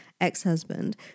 ex-husband